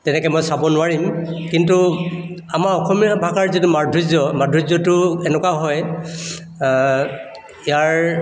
তেনেকৈ মই চাব নোৱাৰিম কিন্তু আমাৰ অসমীয়া ভাষাৰ যিটো মাধুৰ্য্য় মাধুৰ্য্য়টো এনেকুৱা হয় ইয়াৰ